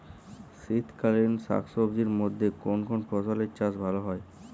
শীতকালীন শাকসবজির মধ্যে কোন কোন ফসলের চাষ ভালো হয়?